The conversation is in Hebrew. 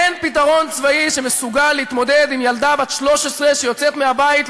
אין פתרון צבאי שמסוגל להתמודד עם ילדה בת 13 שיוצאת מהבית,